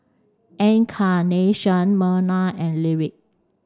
Encarnacion Merna and Lyric